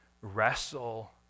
Wrestle